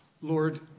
Lord